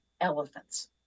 elephants